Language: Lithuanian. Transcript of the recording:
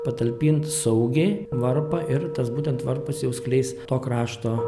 patalpint saugiai varpą ir tas būtent varpas jau skleis to krašto